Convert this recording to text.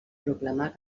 proclamar